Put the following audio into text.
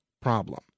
problem